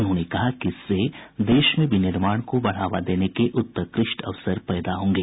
उन्होंने कहा कि इससे देश में विनिर्माण को बढ़ावा देने के उत्कृष्ट अवसर पैदा होंगे